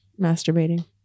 masturbating